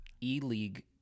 E-League